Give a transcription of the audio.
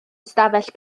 ystafell